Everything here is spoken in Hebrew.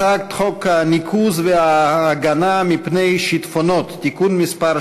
הצעת חוק הניקוז וההגנה מפני שיטפונות (תיקון מס'